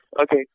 okay